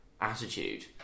attitude